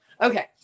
Okay